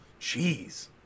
Jeez